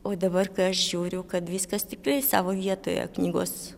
o dabar žiūriu kad viskas tikrai savo vietoje knygos